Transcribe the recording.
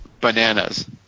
bananas